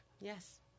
Yes